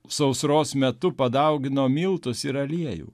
sausros metu padaugino miltus ir aliejų